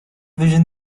vision